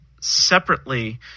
separately